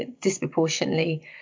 disproportionately